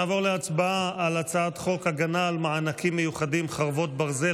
נעבור להצבעה על הצעת חוק ההגנה על מענקים מיוחדים (חרבות ברזל),